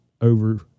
over